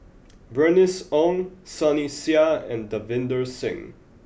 Bernice Ong Sunny Sia and Davinder Singh